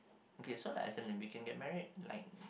okay so like as in we can get married like